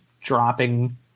dropping